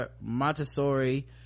Montessori